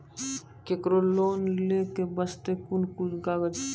केकरो लोन लै के बास्ते कुन कागज जरूरी छै?